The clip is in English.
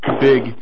big